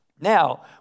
Now